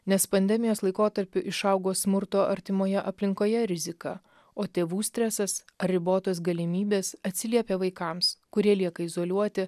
nes pandemijos laikotarpiu išaugo smurto artimoje aplinkoje rizika o tėvų stresas ar ribotos galimybės atsiliepė vaikams kurie lieka izoliuoti